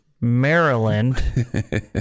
Maryland